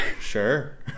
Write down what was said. Sure